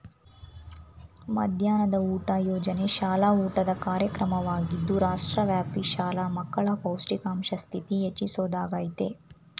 ಮಧ್ಯಾಹ್ನದ ಊಟ ಯೋಜನೆ ಶಾಲಾ ಊಟದ ಕಾರ್ಯಕ್ರಮವಾಗಿದ್ದು ರಾಷ್ಟ್ರವ್ಯಾಪಿ ಶಾಲಾ ಮಕ್ಕಳ ಪೌಷ್ಟಿಕಾಂಶ ಸ್ಥಿತಿ ಹೆಚ್ಚಿಸೊದಾಗಯ್ತೆ